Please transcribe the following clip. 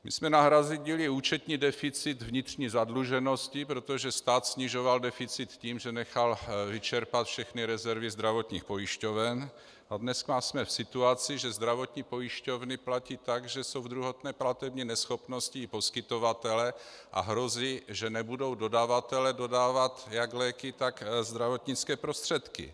My jsme nahradili účetní deficit vnitřní zadlužeností, protože stát snižoval deficit tím, že nechal vyčerpat všechny rezervy zdravotních pojišťoven, a dnes jsme v situaci, že zdravotní pojišťovny platí tak, že jsou v druhotné platební neschopnosti i poskytovatelé a hrozí, že nebudou dodavatelé dodávat jak léky, tak zdravotnické prostředky.